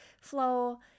flow